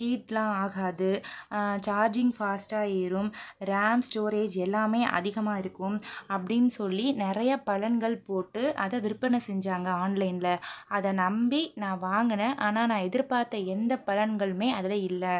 ஹீட்லாம் ஆகாது சார்ஜிங் ஃபாஸ்ட்டாக ஏறும் ரேம் ஸ்டோரேஜ் எல்லாமே அதிகமாக இருக்கும் அப்படினு சொல்லி நிறைய பலன்கள் போட்டு அதை விற்பனை செஞ்சாங்க ஆன்லைனில் அதை நம்பி நான் வாங்குனேன் ஆனால் நான் எதிர்ப்பார்த்த எந்த பலன்களுமே அதில் இல்லை